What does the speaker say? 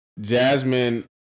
Jasmine